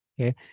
Okay